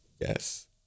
Yes